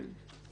כן.